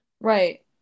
Right